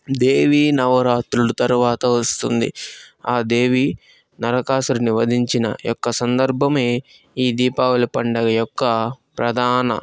దేవి నవరాత్రులు తర్వాత వస్తుంది ఆ దేవి నరకాసురుడిని వధించిన యొక్క సందర్భమే ఈ దీపావళి పండుగ యొక్క ప్రధాన